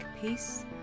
peace